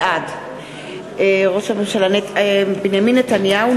בעד בנימין נתניהו,